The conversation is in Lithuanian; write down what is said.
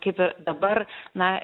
kaip dabar na